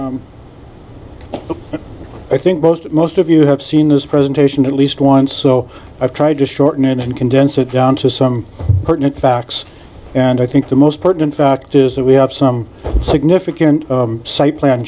i think most of most of you have seen this presentation at least once so i've tried to shorten it and condense it down to some pertinent facts and i think the most part in fact is that we have some significant site plan